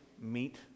meet